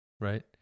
right